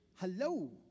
Hello